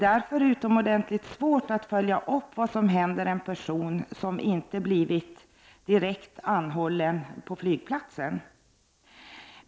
Därför är det utomordentligt svårt att följa upp vad som händer en person som inte har blivit anhållen direkt på flygplatsen.